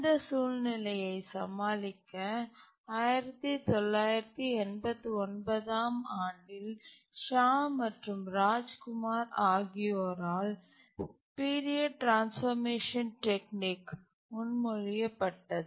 இந்த சூழ்நிலையை சமாளிக்க 1989 ஆம் ஆண்டில் ஷா மற்றும் ராஜ்குமார் ஆகியோரால் பீரியட் டிரான்ஸ்ஃபர்மேசன் டெக்னிக் முன்மொழியப்பட்டது